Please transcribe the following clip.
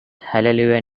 hallelujah